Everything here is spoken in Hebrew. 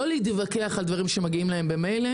לא להתווכח על דברים שמגיעים להם ממילא,